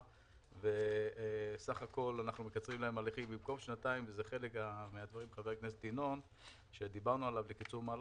וזה חלק מן הדברים שדיברנו עליהם בקיצור מהלכים,